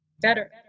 better